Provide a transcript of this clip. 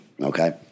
Okay